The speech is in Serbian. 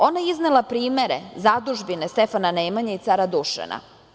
Ona je iznela primere zadužbine Stefana Nemanje i cara Dušana.